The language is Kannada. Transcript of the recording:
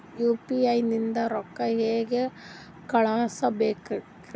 ಯು.ಪಿ.ಐ ನಿಂದ ರೊಕ್ಕ ಹೆಂಗ ಕಳಸಬೇಕ್ರಿ?